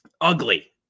Ugly